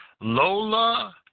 Lola